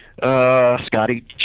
Scotty